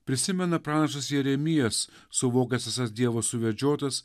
prisimena pranašas jeremijas suvokęs esąs dievo suvedžiotas